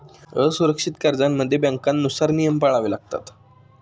असुरक्षित कर्जांमध्ये बँकांनुसार नियम पाळावे लागतात